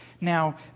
Now